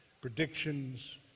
predictions